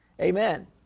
Amen